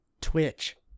Twitch